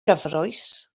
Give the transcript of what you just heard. gyfrwys